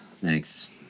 Thanks